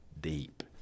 deep